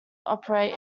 operate